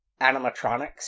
animatronics